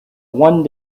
one